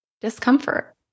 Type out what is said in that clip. discomfort